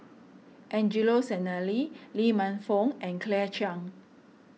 Angelo Sanelli Lee Man Fong and Claire Chiang